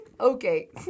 Okay